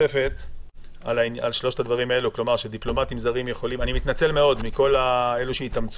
אני מתנצל מאוד בפני כל מי שהתאמץ